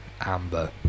Amber